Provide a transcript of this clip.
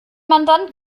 mandant